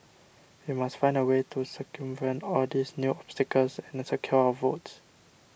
we must find a way to circumvent all these new obstacles and secure our votes